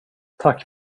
tack